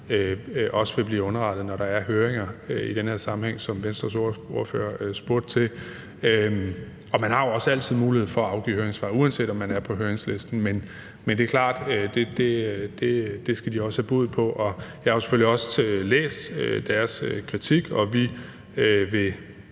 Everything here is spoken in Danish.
også bliver underrettet, når der er høringer i den her sammenhæng, som Venstres ordfører spurgte til. Man har jo også altid mulighed for at afgive høringssvar, uanset om man er på høringslisten, men det er klart, at det skal de også kunne. Jeg har selvfølgelig også læst deres kritik, og vi vil